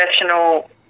professional